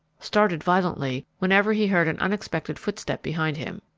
started violently whenever he heard an unexpected footstep behind him.